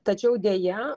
tačiau deja